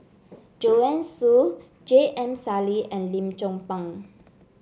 Joanne Soo J M Sali and Lim Chong Pang